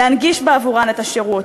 להנגיש בעבורן את השירות.